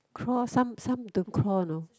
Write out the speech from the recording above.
crawl some some don't crawl know